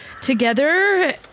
Together